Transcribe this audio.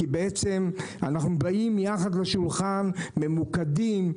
כי בעצם אנחנו באים יחד לשולחן ממוקדים,